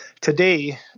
today